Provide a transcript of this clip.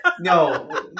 No